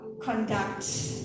conduct